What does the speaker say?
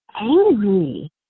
angry